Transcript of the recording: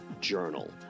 Journal